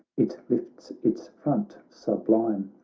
it lifts its front sublime,